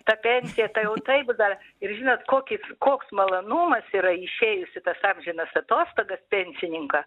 ta pensija tai jau taip dar ir žinot kokis koks malonumas yra išėjus į tas amžinas atostogas pensininko